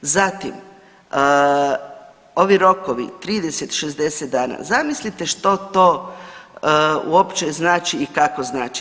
Zatim, ovi rokovi 30, 60 dana zamislite što to uopće znači i kako znači.